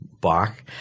Bach